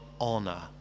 honor